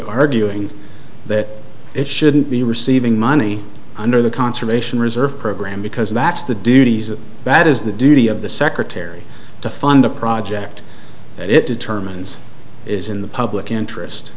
arguing that it shouldn't be receiving money under the conservation reserve program because that's the duties of that is the duty of the secretary to fund the project that it determines is in the public interest